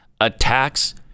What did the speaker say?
attacks